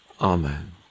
Amen